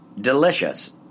delicious